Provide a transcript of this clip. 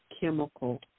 chemical